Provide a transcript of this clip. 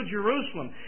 Jerusalem